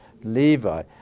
Levi